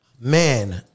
Man